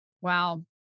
Wow